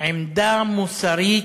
עמדה מוסרית,